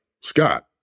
Scott